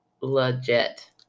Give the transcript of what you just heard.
legit